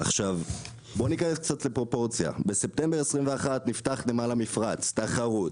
ניכנס לפרופורציה בספטמבר 21' נפתח נמל המפרץ תחרות.